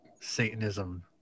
Satanism